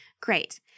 Great